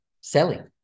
selling